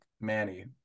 manny